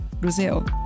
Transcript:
Brazil